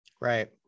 Right